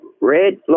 red